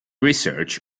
research